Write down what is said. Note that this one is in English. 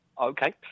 Okay